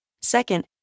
Second